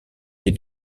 les